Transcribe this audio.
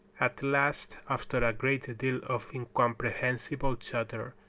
at last, after a great deal of incomprehensible chatter,